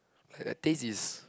but that taste is